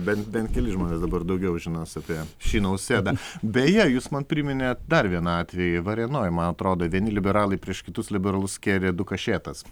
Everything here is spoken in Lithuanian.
bent bent keli žmonės dabar daugiau žinos apie šį nausėdą beje jūs man priminėt dar vieną atvejį varėnoj man atrodo vieni liberalai prieš kitus liberalus kėlė du kašėtas